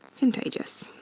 contagious.